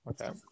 Okay